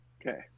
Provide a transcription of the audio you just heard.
Okay